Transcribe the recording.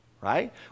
right